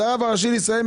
למה הרב הראשי לישראל,